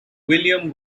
william